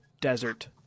desert